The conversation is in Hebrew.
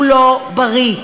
הוא לא בריא.